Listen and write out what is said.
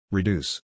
Reduce